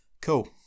Cool